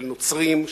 של נוצרים,